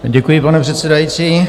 Děkuji, pane předsedající.